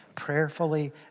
prayerfully